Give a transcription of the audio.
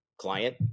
client